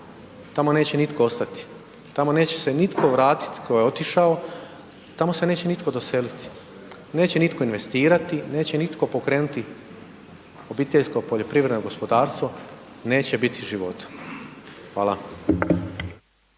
tamo neće nitko ostati, tamo neće se nitko vratit tko je otišao, tamo se neće nitko doseliti, neće nitko investirati, neće nitko pokrenuti obiteljsko poljoprivredno gospodarstvo, neće biti života. Hvala.